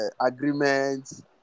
agreements